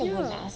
ya